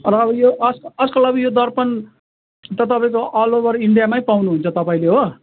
र अब यो अज आजकल अब यो दर्पण त तपाईँको अल ओभर इन्डियामै पाउनुहुन्छ तपाईँले हो